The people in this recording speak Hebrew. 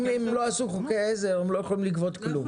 אם הם לא עשו חוקי עזר, הם לא יכולים לגבות כלום.